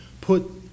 put